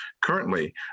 currently